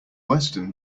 western